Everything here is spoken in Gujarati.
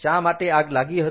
શા માટે આગ લાગી હતી